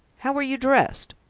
how were you dressed?